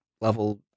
level